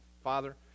Father